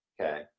okay